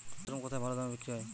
Mushroom কেথায় ভালোদামে বিক্রয় হয়?